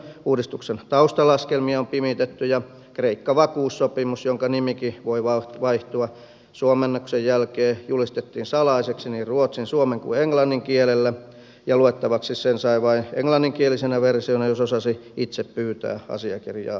kuntauudistuksen taustalaskelmia on pimitetty ja kreikka vakuussopimus jonka nimikin voi vaihtua suomennoksen jälkeen julistettiin salaiseksi niin ruotsin suomen kuin englannin kielellä ja luettavaksi sen sai vain englanninkielisenä versiona jos osasi itse pyytää asiakirjaa nähtäväksi